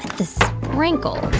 the sprinkles?